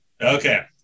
okay